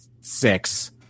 six